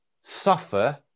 suffer